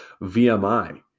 vmi